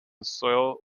soil